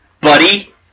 buddy